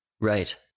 Right